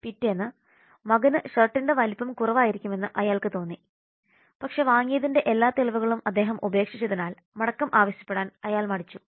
പിറ്റേന്ന് മകന് ഷർട്ടിന്റെ വലിപ്പം കുറവായിരിക്കുമെന്ന് അയാൾക്ക് തോന്നി പക്ഷേ വാങ്ങിയതിന്റെ എല്ലാ തെളിവുകളും അദ്ദേഹം ഉപേക്ഷിച്ചതിനാൽ മടക്കം ആവശ്യപ്പെടാൻ അയാൾ മടിച്ചു